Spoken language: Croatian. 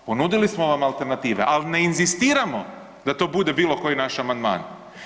Ponudili smo vam alternative, ali ne inzistiramo da to bude bilo koji naš amandman.